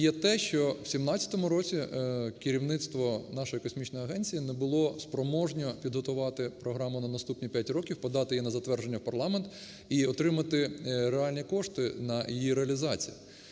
є те, що в 17-му році керівництво нашої космічної агенції не було спроможне підготувати програму на наступні п'ять років, подати її на затвердження в парламент і отримати реальні кошти на її реалізацію.